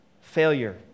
failure